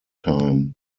time